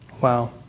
Wow